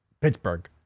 Pittsburgh